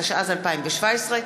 התשע"ז 2017,